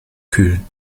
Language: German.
kühlen